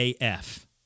AF